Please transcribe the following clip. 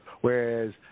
whereas